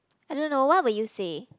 I don't know what would you say